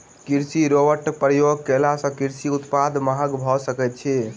कृषि रोबोटक प्रयोग कयला सॅ कृषि उत्पाद महग भ सकैत अछि